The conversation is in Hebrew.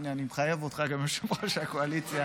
הינה, אני מחייב אותך גם, יושב-ראש הקואליציה,